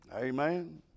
Amen